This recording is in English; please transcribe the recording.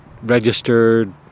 registered